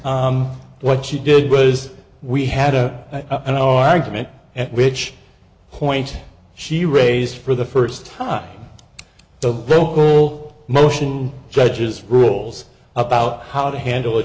and what she did was we had a an argument at which point she raised for the first time the local motion judge's rules about how to handle it